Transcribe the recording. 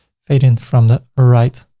fade in from the right.